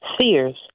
Sears